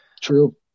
True